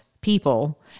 people